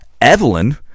Evelyn